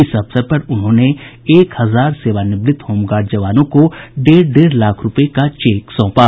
इस अवसर पर उन्होंने एक हजार सेवानिवृत होमगार्ड जवानों को डेढ़ डेढ़ लाख रूपये का चेक सौंपा